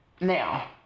Now